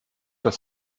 das